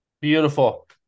Beautiful